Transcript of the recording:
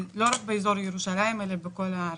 לא רק באזור ירושלים אלא בכל הארץ.